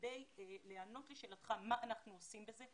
כדי לענות לשאלתך מה אנחנו עושים בזה,